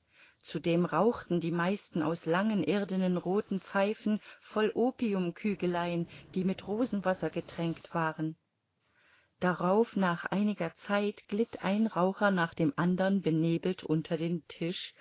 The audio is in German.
zudem rauchten die meisten aus langen irdenen rothen pfeifen voll opiumkügelein die mit rosenwasser getränkt waren darauf nach einiger zeit glitt ein raucher nach dem andern benebelt unter den tisch